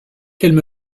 qu’elle